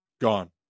Gone